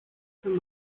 für